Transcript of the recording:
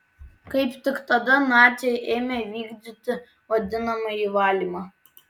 kaip tik tada naciai ėmė vykdyti vadinamąjį valymą